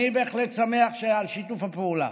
אני בהחלט שמח על שיתוף הפעולה.